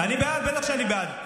אני בעד, בטח שאני בעד.